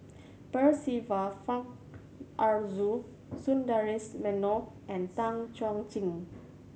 Percival Frank Aroozoo Sundaresh Menon and Tan Chuan Jin